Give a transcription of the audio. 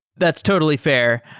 that's totally fair.